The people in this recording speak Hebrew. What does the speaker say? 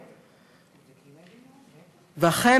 ואכן,